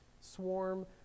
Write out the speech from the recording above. swarm